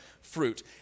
fruit